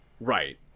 Right